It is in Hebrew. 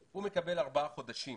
הוא מקבל ארבעה חודשים